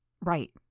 Right